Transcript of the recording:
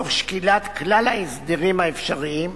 תוך שקילת כלל ההסדרים האפשריים.